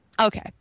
okay